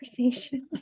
conversation